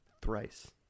thrice